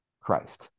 Christ